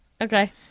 Okay